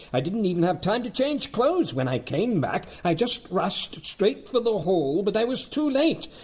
i didn't even have time to change clothes when i came back. i just rushed straight for the hall, but i was too late!